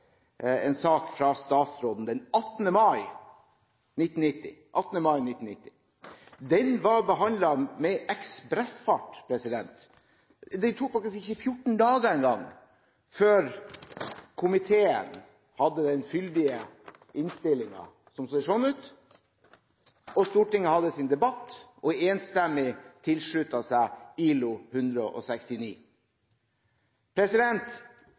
en sak fra statsråden – den 18. mai 1990. Den ble behandlet med ekspressfart. Det tok faktisk ikke 14 dager engang før komiteen hadde den «fyldige» innstillingen. Stortinget hadde debatt – og tilsluttet seg enstemmig ILO-konvensjon nr. 169.